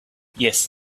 yes